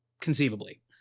conceivably